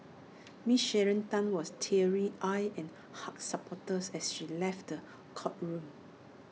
miss Sharon Tan was teary eyed and hugged supporters as she left courtroom